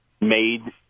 made